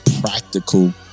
practical